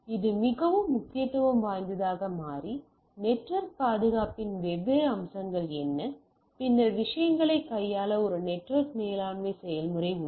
இது மிகவும் முக்கியத்துவம் வாய்ந்ததாக மாறி நெட்வொர்க் பாதுகாப்பின் வெவ்வேறு அம்சங்கள் என்ன பின்னர் விஷயங்களை கையாள ஒரு நெட்வொர்க் மேலாண்மை செயல்முறை உள்ளது